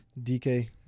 dk